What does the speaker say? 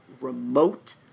remote